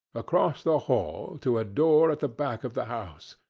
across the hall, to a door at the back of the house.